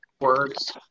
words